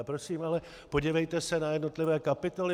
Prosím ale, podívejte se na jednotlivé kapitoly.